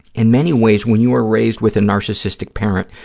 in many ways, when you are raised with a narcissistic parent,